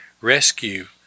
rescue